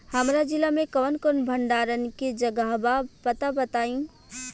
हमरा जिला मे कवन कवन भंडारन के जगहबा पता बताईं?